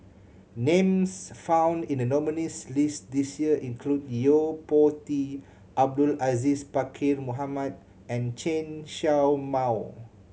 names found in the nominees' list this year include Yo Po Tee Abdul Aziz Pakkeer Mohamed and Chen Show Mao